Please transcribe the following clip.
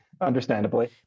understandably